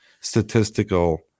statistical